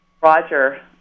Roger